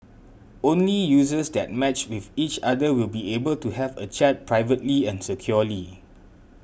only users that matched with each other will be able to have a chat privately and securely